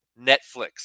Netflix